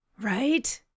Right